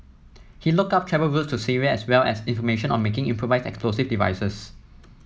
he looked up travel routes to Syria as well as information on making improvised explosive devices